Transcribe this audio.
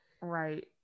right